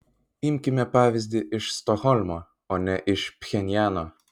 imkime pavyzdį iš stokholmo o ne iš pchenjano